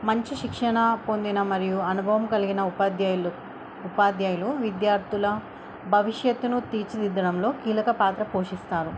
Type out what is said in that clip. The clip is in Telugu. మంచి శిక్షణ పొందిన మరియు అనుభవం కలిగిన ఉపాధ్యాయులు ఉపాధ్యాయులు విద్యార్థుల భవిష్యత్తును తీర్చిదిద్దడంలో కీలక పాత్ర పోషిస్తారు